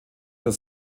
das